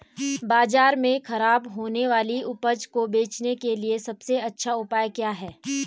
बाजार में खराब होने वाली उपज को बेचने के लिए सबसे अच्छा उपाय क्या हैं?